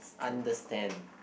understand